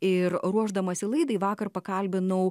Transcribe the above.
ir ruošdamasi laidai vakar pakalbinau